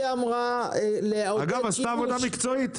אגב, היא עשתה עבודה מקצועית.